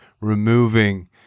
removing